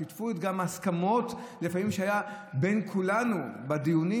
ולפעמים שיקפו גם הסכמות שהיו בין כולנו בדיונים.